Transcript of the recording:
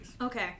Okay